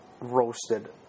roasted